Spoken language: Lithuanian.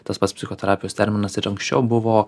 tas pats psichoterapijos terminas ir anksčiau buvo